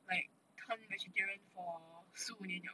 like turn vegetarian for 十五年 liao